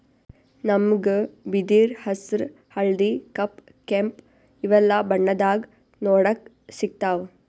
ನಮ್ಗ್ ಬಿದಿರ್ ಹಸ್ರ್ ಹಳ್ದಿ ಕಪ್ ಕೆಂಪ್ ಇವೆಲ್ಲಾ ಬಣ್ಣದಾಗ್ ನೋಡಕ್ ಸಿಗ್ತಾವ್